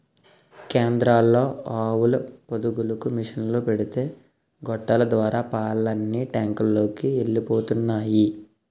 కేంద్రంలో ఆవుల పొదుగులకు మిసన్లు పెడితే గొట్టాల ద్వారా పాలన్నీ టాంకులలోకి ఎలిపోతున్నాయి